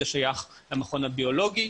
זה שייך למכון הביולוגי,